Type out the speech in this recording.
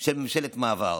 של ממשלת מעבר.